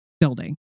building